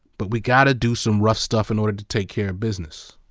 but we gotta do some rough stuff in order to take care of business.